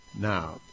Now